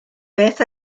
beth